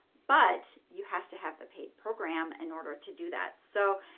but you have to have the paid program in order to do that. so